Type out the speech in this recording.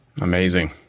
Amazing